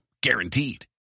guaranteed